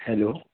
hello